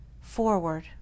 Forward